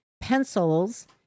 pencils